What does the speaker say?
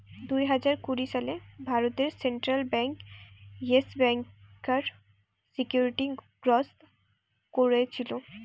দুই হাজার কুড়ি সালে ভারতে সেন্ট্রাল বেঙ্ক ইয়েস ব্যাংকার সিকিউরিটি গ্রস্ত কোরেছিল